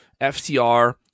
FCR